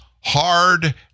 hard